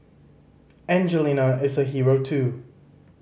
Angelina is a hero too